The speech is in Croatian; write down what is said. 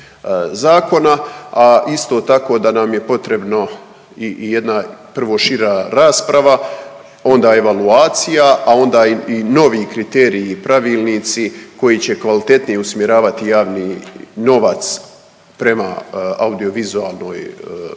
a isto tako da nam je potrebno i jedna prvo šira rasprava, onda evaluacija, a onda i novi kriteriji i pravilnici koji će kvalitetnije usmjeravati javni novac prema audiovizualnoj umjetnosti